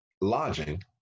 lodging